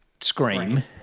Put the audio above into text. Scream